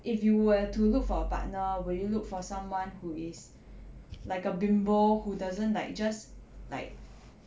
if you were to look for a partner will you look for someone who is like a bimbo who doesn't like just like